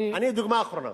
דוגמה אחרונה.